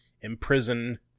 imprison